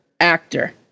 actor